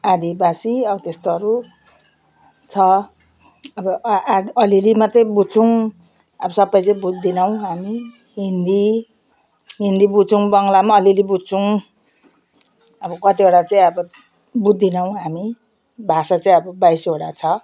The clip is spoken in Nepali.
आदिवासी अब त्यस्तोहरू छ अब आ अलि अलि मात्रै बुझ्छौँ अब सबै चाहिँ बुझ्दैनौँ हामी हिन्दी हिन्दी बुझ्छौँ बङ्ग्ला अलि अलि बुझ्छौँ अब कतिवटा चाहिँ अब बुझ्दैनौँ हामी भाषा चाहिँ अब बाइसवटा छ